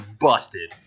busted